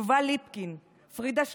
ליובל ליפקין, לפרידה שניידרמן,